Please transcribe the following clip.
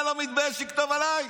אתה לא מתבייש לכתוב עליי?